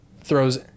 throws